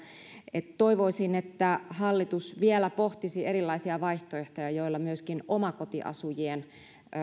että toivoisin että hallitus vielä pohtisi erilaisia vaihtoehtoja joilla myöskin omakotiasujien